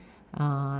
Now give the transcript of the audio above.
uh